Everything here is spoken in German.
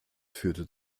führte